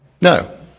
No